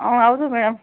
ಹಾಂ ಹೌದು ಮೇಡಮ್